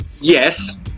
yes